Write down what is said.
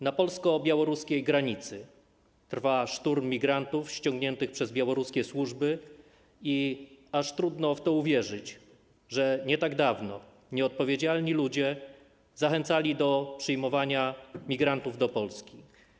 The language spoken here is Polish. Na polsko-białoruskiej granicy trwa szturm migrantów ściągniętych przez białoruskie służby i aż trudno w to uwierzyć, że nie tak dawno nieodpowiedzialni ludzie zachęcali do przyjmowania migrantów do Polski.